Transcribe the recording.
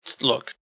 Look